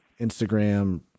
Instagram